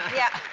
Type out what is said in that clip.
yeah,